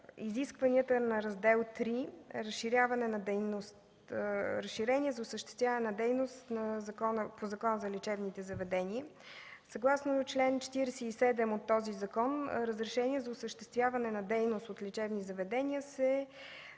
изискванията на Раздел ІІІ „Разширение за осъществяване на дейност по Закона за лечебните заведения”. Съгласно чл. 47 от този закон разрешение за осъществяване на дейност от лечебни заведения се